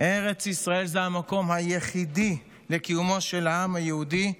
ארץ ישראל זה המקום היחידי לקיומו של העם היהודי,